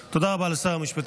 תודה רבה לשר המשפטים.